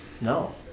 No